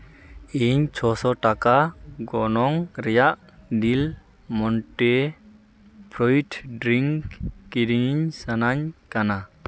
ᱤᱧ ᱪᱷᱚᱥᱚ ᱴᱟᱠᱟ ᱜᱚᱱᱚᱝ ᱨᱮᱭᱟᱜ ᱱᱤᱞ ᱢᱚᱱᱴᱮ ᱯᱷᱨᱚᱭᱤᱰ ᱰᱨᱤᱝᱠ ᱠᱤᱨᱤᱧ ᱥᱟᱱᱟᱧ ᱠᱟᱱᱟ